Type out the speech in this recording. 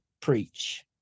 preach